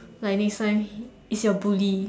like next time is your bully